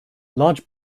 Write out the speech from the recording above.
large